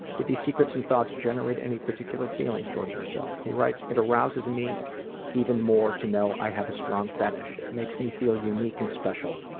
did these secrets and thoughts generate any particular feelings toward yourself? he writes, it arouses me even more to know i have a strong fetish. it makes me feel unique and special.